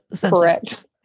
Correct